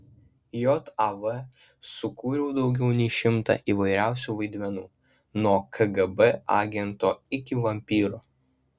jav sukūriau daugiau nei šimtą įvairiausių vaidmenų nuo kgb agento iki vampyro